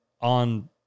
on